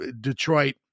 Detroit